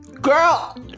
Girl